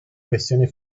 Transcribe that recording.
questione